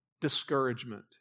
discouragement